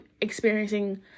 experiencing